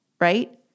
right